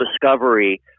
discovery